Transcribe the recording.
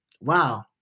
wow